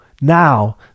now